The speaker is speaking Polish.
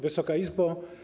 Wysoka Izbo!